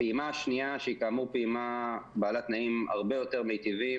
הפעימה השנייה שהיא כאמור פעימה בעלת תנאים הרבה יותר מיטיבים,